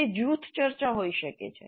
તે જૂથ ચર્ચા હોઈ શકે છે